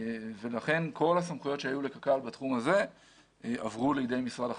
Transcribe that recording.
לכן כל הסמכויות שהיו לקק"ל בתחום הזה עברו לידי משרד החקלאות.